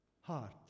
heart